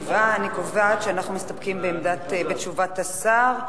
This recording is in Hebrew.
7. אני קובעת שאנחנו מסתפקים בתשובת השר,